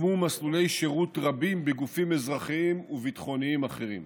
יוקמו מסלולי שירות רבים בגופים אזרחיים וביטחוניים אחרים.